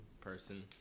person